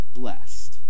blessed